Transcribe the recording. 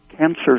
cancer